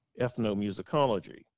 ethnomusicology